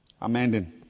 amending